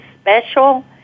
special